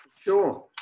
Sure